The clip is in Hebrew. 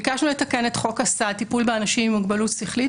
ביקשנו לתקן את חוק הסעד (טיפול באנשים עם מוגבלות שכלית)